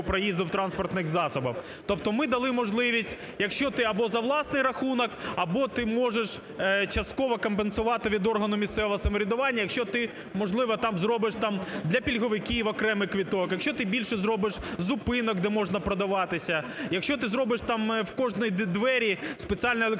проїзду в транспортних засобах. Тобто ми дали можливість, якщо ти або за власний рахунок, або ти можеш частково компенсувати від органу місцевого самоврядування, якщо ти можливо, там, зробиш для пільговиків окремий квиток, якщо ти більше зробиш зупинок, де можна продаватися, якщо ти зробиш в кожні двері спеціальну електронну